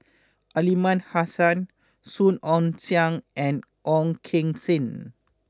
Aliman Hassan Song Ong Siang and Ong Keng Sen